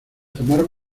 tomar